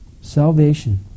Salvation